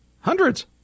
Hundreds